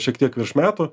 šiek tiek virš metų